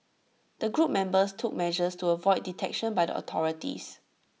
the group members took measures to avoid detection by the authorities